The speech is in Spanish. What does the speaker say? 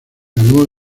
ganó